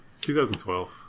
2012